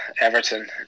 Everton